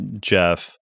Jeff